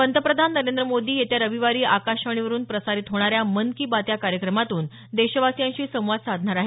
पंतप्रधान नरेंद्र मोदी येत्या रविवारी आकाशवाणीवरुन प्रसारित होणाऱ्या मन की बात या कार्यक्रमातून देशवासियांशी संवाद साधणार आहेत